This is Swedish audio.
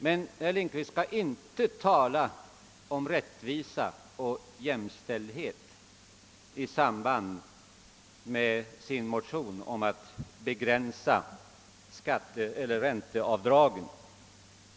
Men herr Lindkvist skall inte tala om rättvisa och jämställdhet i samband med sin motion om att begränsa ränteavdragen skattemässigt.